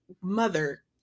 mother